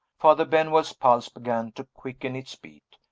father benwell's pulse began to quicken its beat.